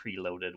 preloaded